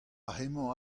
hemañ